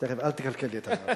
תיכף, אל תקלקל לי את האווירה.